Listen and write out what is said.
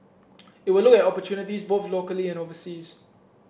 it will look at opportunities both locally and overseas